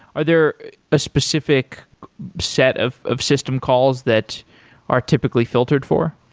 are there a specific set of of system calls that are typically filtered for?